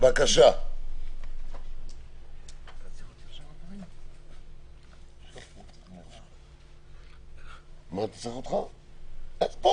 6. הצעת צו העיריות (עבירות קנס) (תיקון),